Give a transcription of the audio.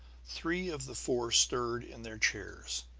three of the four stirred in their chairs.